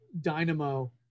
dynamo